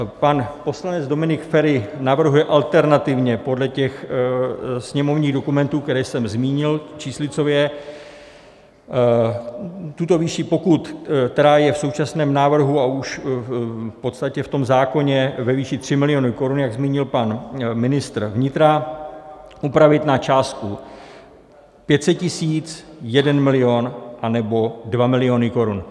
Pan poslanec Dominik Feri navrhuje alternativně podle těch sněmovních dokumentů, které jsem zmínil číslicově, tuto výši pokut, která je v současném návrhu a už v podstatě v tom zákoně ve výši 3 milionů korun, jak zmínil pan ministr vnitra, upravit na částku 500 tisíc, 1 milion, anebo 2 miliony korun.